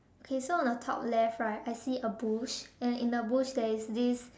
okay so on the top left right I see a bush and in a bush there is this